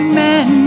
men